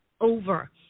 over